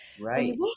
right